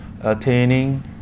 attaining